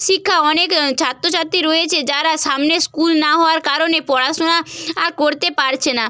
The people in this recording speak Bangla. শিক্ষা অনেক ছাত্রছাত্রী রয়েছে যারা সামনে স্কুল না হওয়ার কারণে পড়াশোনা আর করতে পারছে না